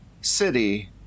city